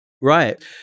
Right